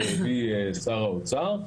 שהביא שר האוצר,